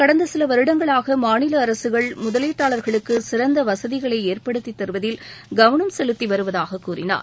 கடந்த சில வருடங்களாக மாநில அரசுகள் முதலீட்டாளர்களுக்கு சிறந்த வசதிகளை ஏற்படுத்தி தருவதில் கவனம் செலுத்தி வருவதாக அவர் கூறினார்